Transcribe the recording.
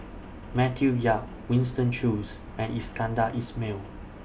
Matthew Yap Winston Choos and Iskandar Ismail